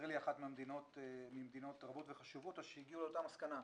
ישראל היא אחת ממדינות רבות וחשובות שהגיעו לאותה מסקנה.